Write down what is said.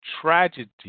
tragedy